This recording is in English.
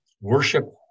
worship